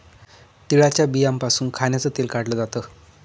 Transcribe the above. तिळाच्या बियांपासून खाण्याचं तेल काढल जात